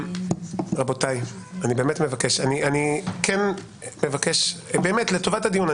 רבותיי, אני באמת מבקש, לטובת הדיון.